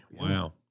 Wow